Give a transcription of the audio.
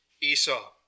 Esau